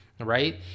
Right